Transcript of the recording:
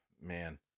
Man